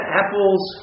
apples